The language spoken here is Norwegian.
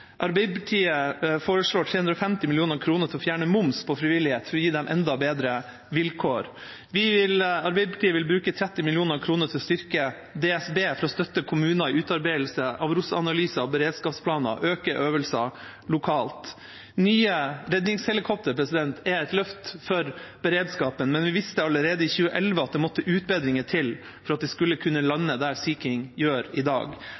Arbeiderpartiet foreslår 350 mill. kr til å fjerne moms på frivillighet, for å gi dem enda bedre vilkår. Arbeiderpartiet vil bruke 30 mill. kr til å styrke DSB for å støtte kommuner i utarbeidelse av ROS-analyser og beredskapsplaner og øke øvelser lokalt. Nye redningshelikoptre er et løft for beredskapen, men vi visste allerede i 2011 at det måtte utbedringer til for at de skulle kunne lande der Sea King gjør i dag.